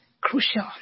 crucial